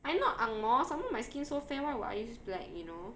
I not ang moh some more my skin so fair why would I use black you know